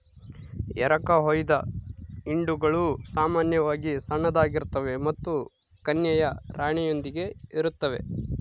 ಎರಕಹೊಯ್ದ ಹಿಂಡುಗಳು ಸಾಮಾನ್ಯವಾಗಿ ಸಣ್ಣದಾಗಿರ್ತವೆ ಮತ್ತು ಕನ್ಯೆಯ ರಾಣಿಯೊಂದಿಗೆ ಇರುತ್ತವೆ